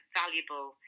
valuable